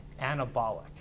anabolic